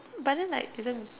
but then like didn't